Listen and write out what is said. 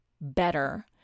better